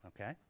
okay